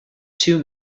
two